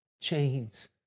chains